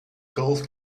golf